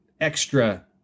extra